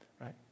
Right